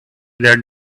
that